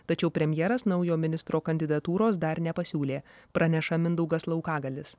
tačiau premjeras naujo ministro kandidatūros dar nepasiūlė praneša mindaugas laukagalis